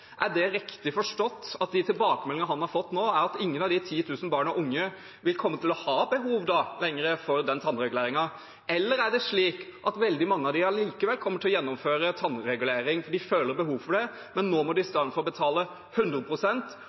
Er det riktig forstått at den tilbakemeldingen han har fått, er at ingen av de 10 000 barn og unge lenger vil ha behov for tannregulering, eller kommer veldig mange av dem allikevel til å gjennomføre tannregulering, fordi de føler et behov for det, men at de heretter isteden må betale